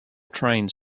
trains